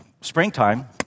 springtime